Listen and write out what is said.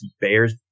Bears